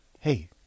Hey